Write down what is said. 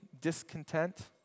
discontent